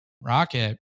Rocket